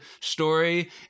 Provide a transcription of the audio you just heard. story